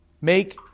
Make